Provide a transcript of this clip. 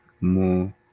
more